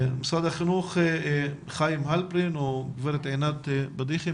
חיים הלפרין בבקשה.